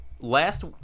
last